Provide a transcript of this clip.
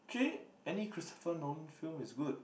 actually any Christopher Nolan film is good